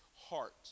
heart